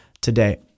today